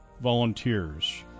volunteers